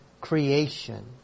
creation